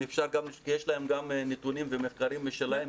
יש להם גם נתונים ומחקרים משלהם.